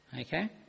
Okay